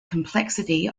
complexity